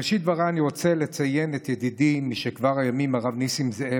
בראשית דבריי אני רוצה לציין את ידידי משכבר הימים הרב ניסים זאב,